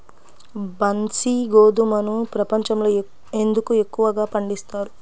బన్సీ గోధుమను ప్రపంచంలో ఎందుకు ఎక్కువగా పండిస్తారు?